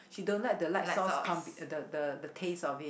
she don't like the light sauce combi the the the taste of it